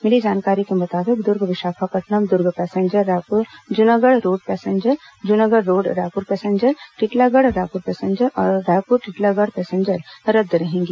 मिली जानकारी के मुताबिक Durg Visakhapatnam Durg passenger Raipur Junagarh road passenger Junagarh road Raipur passenger Titlagarh Raipur passenger और रायपुर टिटलागढ़ पैसेंजर रद्द रहेगी